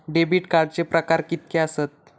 Debit कार्डचे प्रकार कीतके आसत?